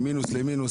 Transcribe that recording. ממינוס למינוס,